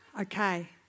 okay